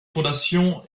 fondations